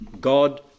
God